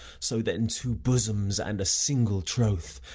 so then two bosoms and a single troth.